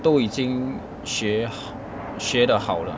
都已经学学得好了